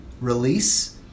release